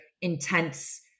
intense